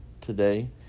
today